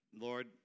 Lord